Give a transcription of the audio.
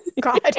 god